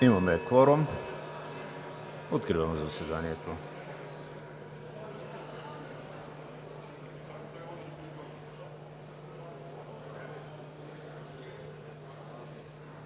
Има кворум. Откривам заседанието.